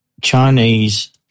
Chinese